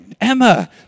Emma